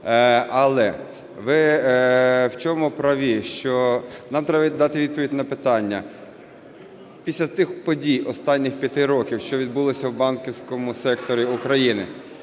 Але ви в чому праві, що нам треба дати відповідь на питання. Після тих подій останніх 5 років, що відбулися в банківському секторі України,